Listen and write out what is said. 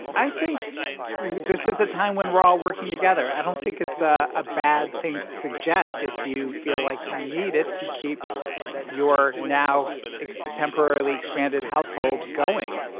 i think this is a time when we're all working together. i don't think it's ah a bad thing to suggest if you feel like you need it to keep your now temporarily expanded household going.